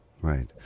Right